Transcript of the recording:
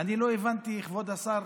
אני לא הבנתי, כבוד השר